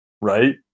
right